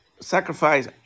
sacrifice